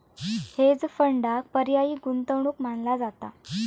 hedge फंडांक पर्यायी गुंतवणूक मानला जाता